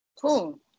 Cool